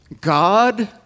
God